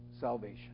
salvation